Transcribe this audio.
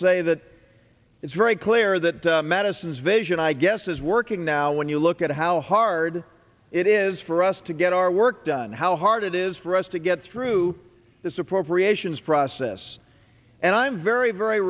say that it's very clear that medicine's vision i guess is working now when you look at how hard it is for us to get our work done how hard it is for us to get through this appropriations process and i'm very very